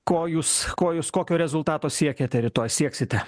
ko jūs ko jūs kokio rezultato siekiate rytoj sieksite